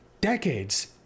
Decades